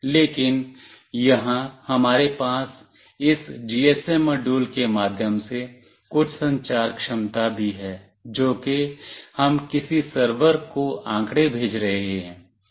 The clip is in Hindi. लेकिन यहां हमारे पास इस जीएसएम मॉड्यूल के माध्यम से कुछ संचार क्षमता भी है जो कि हम किसी सर्वर को आंकड़े भेज रहे हैं